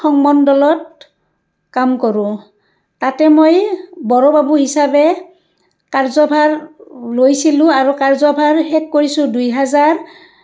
সংমণ্ডলত কাম কৰোঁ তাতে মই বৰবাবু হিচাপে কাৰ্য্যভাৰ লৈছিলোঁ আৰু কাৰ্য্যভাৰ শেষ কৰিছোঁ দুহেজাৰ